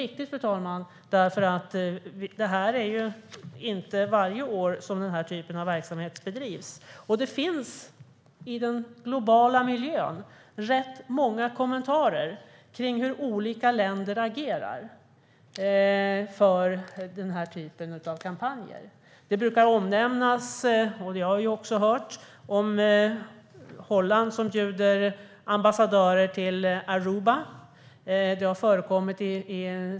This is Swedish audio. Detta är viktigt, för det är ju inte varje år som den här typen av verksamhet bedrivs. Och det finns i den globala miljön rätt många kommentarer till hur olika länder agerar i den här typen av kampanjer. Det har nämnts i debatten att Holland bjuder ambassadörer till Aruba.